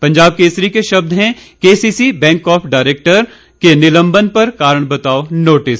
पंजाब केसरी के शब्द हैं KCC bank board of director के निलंबन पर कारण बताओ नोटिस